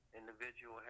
individual